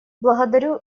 благодарю